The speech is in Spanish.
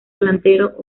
delantero